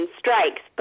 strikes